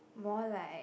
more like